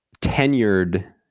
tenured